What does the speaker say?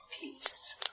peace